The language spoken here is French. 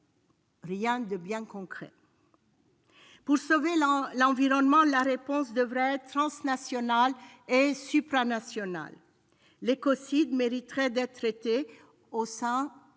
Rien de bien concret. Pour sauver l'environnement, la réponse devrait être transnationale et supranationale. L'écocide mériterait d'être traité au sein d'une